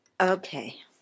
Okay